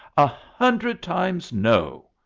a hundred times no!